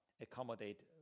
accommodate